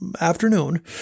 afternoon